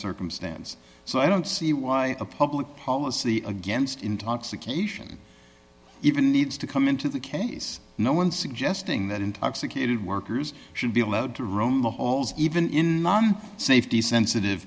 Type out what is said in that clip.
circumstance so i don't see why a public policy against intoxication even needs to come into the case no one suggesting that intoxicated workers should be allowed to roam the halls even on safety sensitive